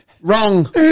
Wrong